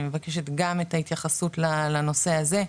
אני מבקשת גם את ההתייחסות לנושא הזה,